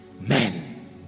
men